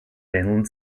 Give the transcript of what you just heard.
mainland